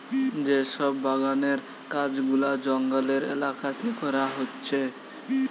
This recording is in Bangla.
যে সব বাগানের কাজ গুলা জঙ্গলের এলাকাতে করা হচ্ছে